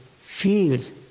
feels